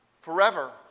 forever